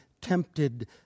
tempted